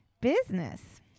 business